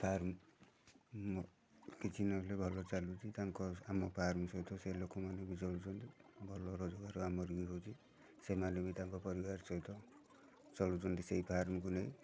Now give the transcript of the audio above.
farm କିଛି ନହେଲେ ଭଲ ଚାଲୁଛି ତାଙ୍କ ଆମ ଫାର୍ମ ସହିତ ସେ ଲୋକମାନେ ବି ଚଳୁଛନ୍ତି ଭଲ ରୋଜଗାର ଆମର ବି ହେଉଛି ସେମାନେ ବି ତାଙ୍କ ପରିବାର ସହିତ ଚଳୁଛନ୍ତି ସେଇ ଫାର୍ମକୁ ନେଇ